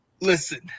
listen